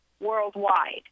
worldwide